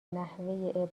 نحوه